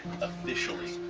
officially